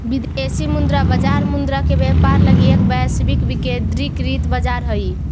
विदेशी मुद्रा बाजार मुद्रा के व्यापार लगी एक वैश्विक विकेंद्रीकृत बाजार हइ